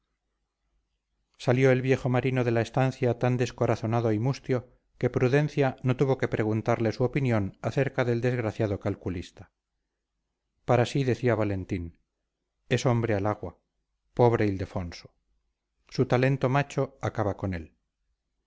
salió el viejo marino de la estancia tan descorazonado y mustio que prudencia no tuvo que preguntarle su opinión acerca del desgraciado calculista para sí decía valentín es hombre al agua pobre ildefonso su talento macho acaba con él